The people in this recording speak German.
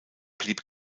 blieb